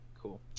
cool